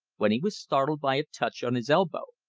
when he was startled by a touch on his elbow.